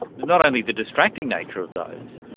not only the distracting nature of those,